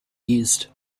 used